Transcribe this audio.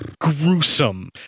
Gruesome